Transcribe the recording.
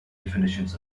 definitions